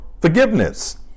forgiveness